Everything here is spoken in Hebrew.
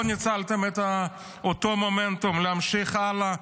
לא ניצלתם את אותו מומנטום להמשיך הלאה,